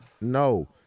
No